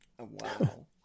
Wow